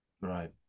Right